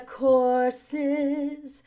courses